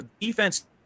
defense